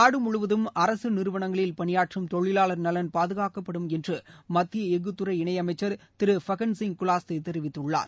நாடு முழுவதும் அரசு நிறுலவனங்களில் பணியாற்றும் தொழிலாளர் நலன் பாதுகாக்கப்படும் என்று மத்திய எஃகுத்துறை இணையமைச்சர் திரு ஃபக்கன் சிங் குலாஸ்தே தெரிவித்துள்ளார்